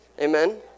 Amen